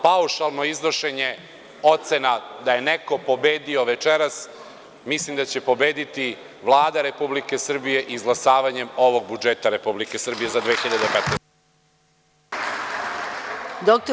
Paušalno iznošenje ocena da je neko pobedio večeras, mislim da će pobediti Vlada Republike Srbije izglasavanjem ovog budžeta Republike Srbije za 2015. godinu.